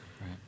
Right